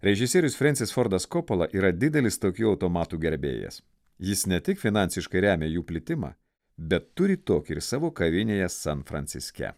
režisierius frensis fordas kopola yra didelis tokių automatų gerbėjas jis ne tik finansiškai remia jų plitimą bet turi tokį ir savo kavinėje san franciske